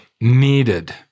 needed